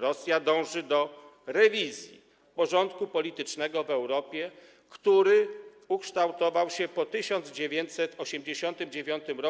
Rosja dąży do rewizji porządku politycznego w Europie, który ukształtował się po 1989 r.